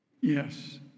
Yes